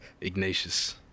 Ignatius